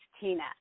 Tina